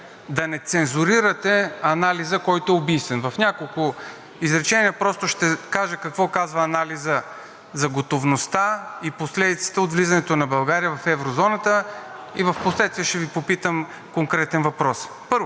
да не цензурирате анализа, който е убийствен. В няколко изречения просто ще кажа какво казва анализът за готовността и последиците от влизането на България в еврозоната, и впоследствие ще Ви попитам конкретен въпрос. Първо,